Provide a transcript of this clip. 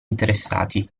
interessati